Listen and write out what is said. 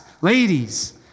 ladies